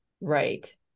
Right